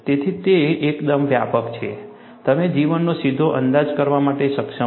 તેથી તે એકદમ વ્યાપક છે તમે જીવનનો સીધો અંદાજ કરવા માટે સક્ષમ છો